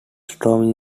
storm